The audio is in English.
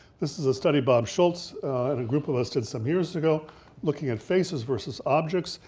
this is a study bob shultz and a group of us did some years ago looking at faces versus objects.